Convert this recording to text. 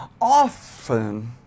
Often